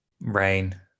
Rain